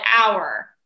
hour